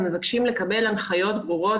הם מבקשים לקבל הנחיות ברורות.